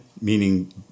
meaning